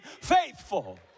faithful